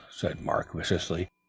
said mark viciously.